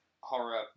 horror